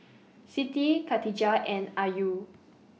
Siti Katijah and Ayu